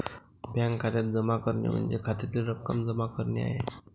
bank खात्यात जमा करणे म्हणजे खात्यातील रक्कम जमा करणे आहे